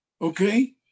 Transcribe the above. Okay